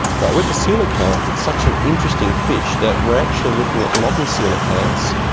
but with the coelacanth, it's such an interesting fish that we're actually looking at modern coelacanths.